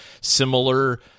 similar